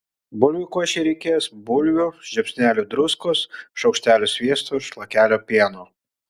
bulvių košei reikės bulvių žiupsnelio druskos šaukštelio sviesto šlakelio pieno